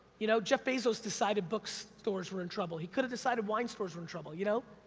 you know? jeff bezos decided bookstores were in trouble, he could've decided wine stores were in trouble, you know?